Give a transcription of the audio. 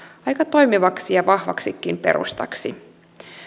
aika toimivaksi ja vahvaksikin perustaksi